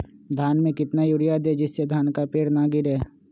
धान में कितना यूरिया दे जिससे धान का पेड़ ना गिरे?